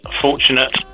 fortunate